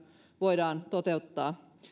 voidaan toteuttaa